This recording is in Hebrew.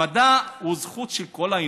המדע הוא זכות של כל האנושות.